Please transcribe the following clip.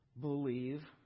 believe